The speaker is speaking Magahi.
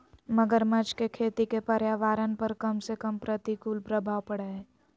मगरमच्छ के खेती के पर्यावरण पर कम से कम प्रतिकूल प्रभाव पड़य हइ